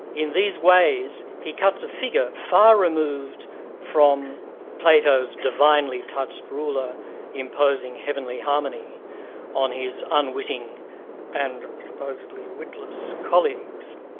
in these ways, he cuts a figure far removed from plato's divinely-touched ruler imposing heavenly harmony on his unwitting and supposedly witless colleagues.